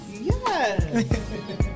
Yes